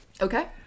Okay